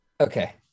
Okay